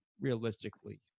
realistically